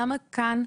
למה כאן,